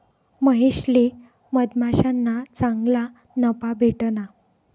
महेशले मधमाश्याना चांगला नफा भेटना